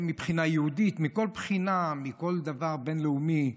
מבחינה יהודית, מכל בחינה, מכל דבר בין-לאומי,